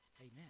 Amen